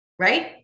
Right